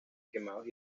quemados